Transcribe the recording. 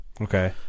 Okay